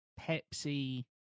Pepsi